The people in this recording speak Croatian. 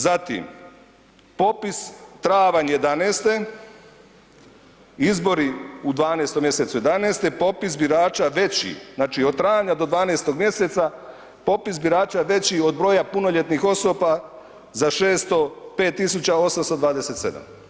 Zatim, popis travanj '11. izbori u 12. mjesecu '11. popis birača veći, znači od travnja do 12. mjeseca popis birača veći od broja punoljetnih osoba za 605.827.